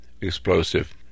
explosive